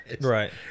Right